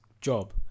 job